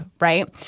right